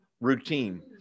routine